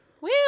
Woo